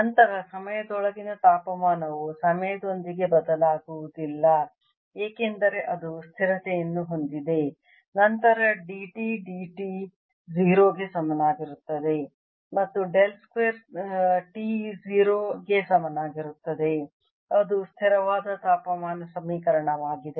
ನಂತರ ಸಮಯದೊಳಗಿನ ತಾಪಮಾನವು ಸಮಯದೊಂದಿಗೆ ಬದಲಾಗುವುದಿಲ್ಲ ಏಕೆಂದರೆ ಅದು ಸ್ಥಿರತೆಯನ್ನು ಹೊಂದಿರುತ್ತದೆ ನಂತರ d T d t 0 ಗೆ ಸಮನಾಗಿರುತ್ತದೆ ಮತ್ತು ಡೆಲ್ ಸ್ಕ್ವೇರ್ T 0 ಗೆ ಸಮನಾಗಿರುತ್ತದೆ ಅದು ಸ್ಥಿರವಾದ ತಾಪಮಾನ ಸಮೀಕರಣವಾಗಿದೆ